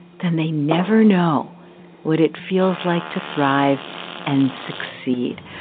then they never know what it feels like to thrive and succeed.